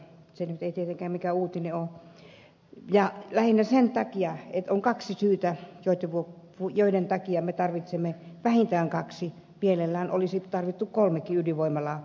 se nyt ei tietenkään mikään uutinen ole ja lähinnä sen takia että on kaksi syytä joiden takia me tarvitsemme vähintään kaksi mielellään olisi tarvittu kolmekin ydinvoimalaa